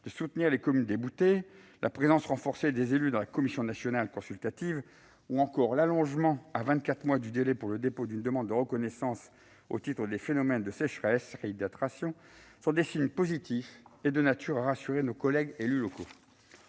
de soutenir les communes déboutées, ainsi que la présence renforcée des élus dans la commission nationale consultative, ou encore l'allongement à vingt-quatre mois du délai pour le dépôt d'une demande de reconnaissance au titre des phénomènes de sécheresse-réhydratation sont des signes positifs et de nature à rassurer nos collègues élus locaux.